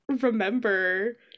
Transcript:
remember